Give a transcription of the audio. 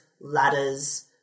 ladders